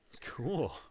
Cool